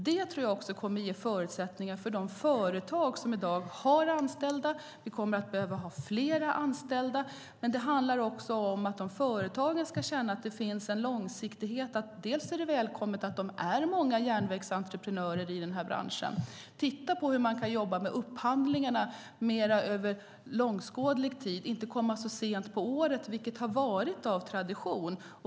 Det tror jag också kommer att ge förutsättningar för de företag som i dag har anställda. Vi kommer att behöva ha fler anställda. Men det handlar också om att företagen ska känna att det finns en långsiktighet. Det är välkommet att det finns många järnvägsentreprenörer i den här branschen. Men man måste titta på hur man kan jobba med upphandlingarna mer långsiktigt och inte komma så sent på året, vilket har skett av tradition.